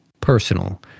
personal